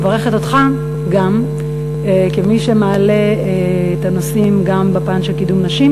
אני מברכת אותך גם כמי שמעלה את הנושאים גם בפן של קידום נשים,